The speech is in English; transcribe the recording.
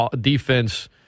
defense